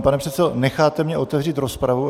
Pane předsedo, necháte mě otevřít rozpravu?